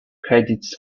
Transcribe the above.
credits